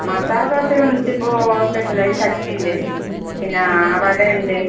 മസാല ദോശയിൽ ഒന്നിച്ചിപ്പോൾ സ്പെഷ്യൽ ആയിട്ട് ചട്നിയുണ്ട് പിന്നെ വട ഉണ്ട്